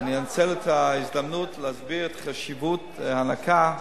ואנצל את ההזדמנות להסביר את חשיבות ההנקה,